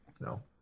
no